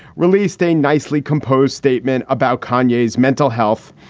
released a nicely composed statement about conyer's mental health.